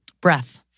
Breath